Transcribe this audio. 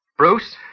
Bruce